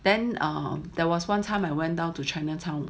then err there was one time I went down to chinatown